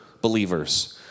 believers